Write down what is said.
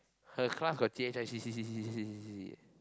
her class got C H I C C C C C C eh